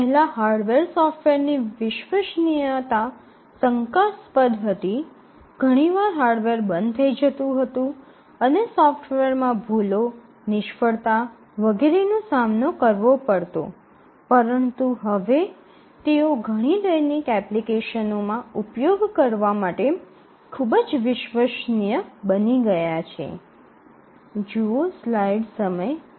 પહેલાં હાર્ડવેર અને સોફ્ટવેરની વિશ્વસનીયતા શંકાસ્પદ હતી ઘણીવાર હાર્ડવેર બંધ થઈ જતું હતું અને સોફ્ટવેરમાં ભૂલો નિષ્ફળતા વગેરેનો સામનો કરવો પડતો પરંતુ હવે તેઓ ઘણી દૈનિક એપ્લિકેશનોમાં ઉપયોગ કરવા માટે ખૂબ જ વિશ્વસનીય બની ગયા છે